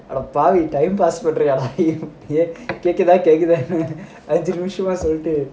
அட பாவி:ada paavi time pass பண்றியா நீ கேட்க்குதா கேட்க்குதா னு அஞ்சு நிமிஷமா சொல்லிட்டு:pandriyaa nee kekkuthaanu anju nimishamaa sollittu